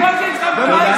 במה הגזים?